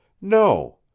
No